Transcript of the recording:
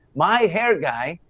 my hair guy,